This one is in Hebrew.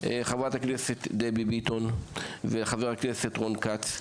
חברת הכנסת דבי ביטון וחבר הכנסת רון כץ.